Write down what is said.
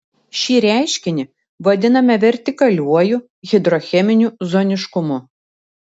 šį reiškinį vadiname vertikaliuoju hidrocheminiu zoniškumu